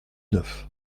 neuf